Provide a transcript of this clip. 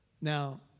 Now